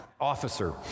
officer